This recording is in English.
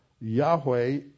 Yahweh